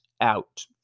out